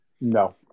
No